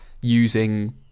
using